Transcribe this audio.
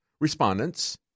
respondents